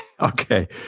Okay